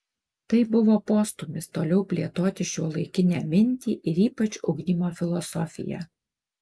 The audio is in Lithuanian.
tai buvo postūmis toliau plėtoti šiuolaikinę mintį ir ypač ugdymo filosofiją